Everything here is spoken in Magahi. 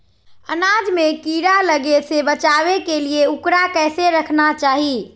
अनाज में कीड़ा लगे से बचावे के लिए, उकरा कैसे रखना चाही?